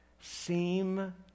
seem